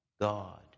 God